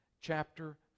chapter